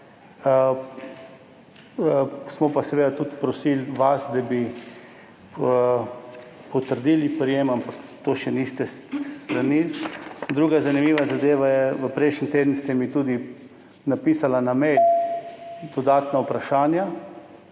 Smo pa vas seveda tudi prosili, da bi potrdili prejem, ampak to še niste storili. Druga zanimiva zadeva, prejšnji teden ste mi tudi napisali na mail dodatna vprašanja,